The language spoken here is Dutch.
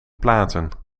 platen